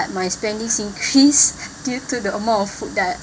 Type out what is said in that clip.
my spendings increase due to the amount of food that I